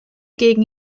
gegen